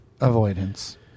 Avoidance